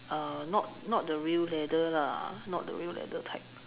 uh not not the real leather lah not the real leather type